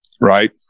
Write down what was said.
right